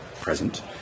present